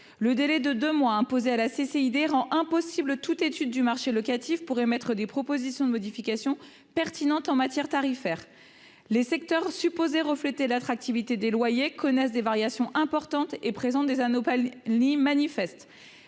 communale des impôts directs (CCID) rend impossible toute étude du marché locatif pour émettre des propositions de modification pertinentes en matière tarifaire ; les secteurs supposés refléter l'attractivité des loyers connaissent des variations importantes et présentent des anomalies manifestes